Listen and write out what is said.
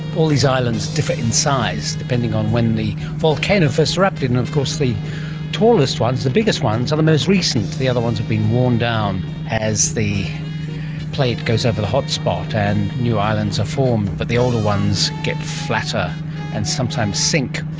all these islands differ in size, depending on when the volcano first erupted. and of course the tallest ones, the biggest ones are the most recent, the other ones have been worn down as the plate goes over hot spot and new islands are formed, but the older ones get flatter and sometimes sink.